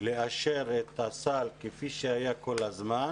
לאשר את הסל כפי שהיה כל הזמן,